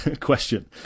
question